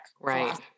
Right